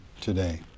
today